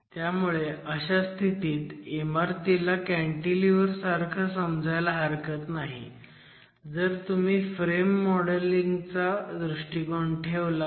त्यामुळे अशा स्थितीत इमारतीला कॅन्टीलिव्हर सारखं समजायला हरकत नाही जर तुम्ही फ्रेम मॉडेल िंगचा दृष्टिकोन ठेवला तर